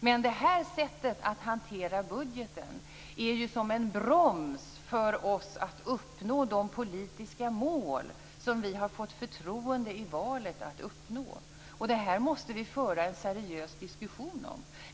Men det här sättet att hantera budgeten är som en broms för oss att uppnå de politiska mål som vi har fått förtroende i valet att uppnå. Det måste vi föra en seriös diskussion om.